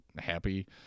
happy